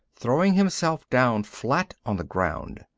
throwing himself down flat on the ground.